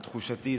לתחושתי,